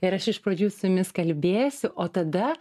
ir aš iš pradžių su jumis kalbėsiu o tada